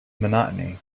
monotony